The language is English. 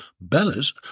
Bella's